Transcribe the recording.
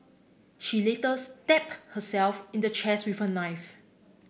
she later stab herself in the chest with a knife